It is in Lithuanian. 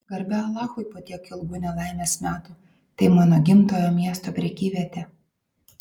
garbė alachui po tiek ilgų nelaimės metų tai mano gimtojo miesto prekyvietė